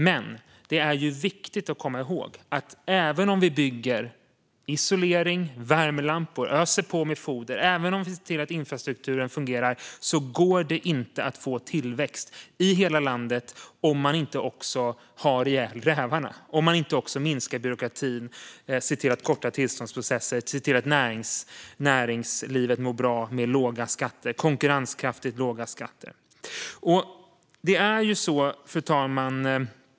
Men det är viktigt att komma ihåg att även om vi bygger isolering och värmelampor, även om vi öser på med foder och även om vi ser till att infrastrukturen fungerar går det inte att få tillväxt i hela landet om man inte också har ihjäl rävarna, alltså minskar byråkratin, ser till att förkorta tillståndsprocesserna och ser till att näringslivet mår bra med konkurrenskraftigt låga skatter. Fru talman!